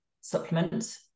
supplement